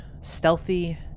stealthy